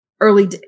early